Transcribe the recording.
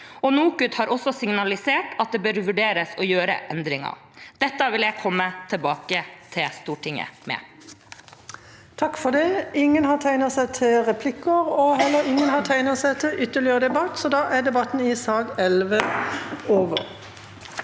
NOKUT har også signalisert at det bør vurderes å gjøre endringer. Dette vil jeg komme tilbake til Stortinget med.